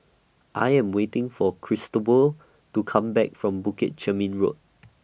I Am waiting For Cristobal to Come Back from Bukit Chermin Road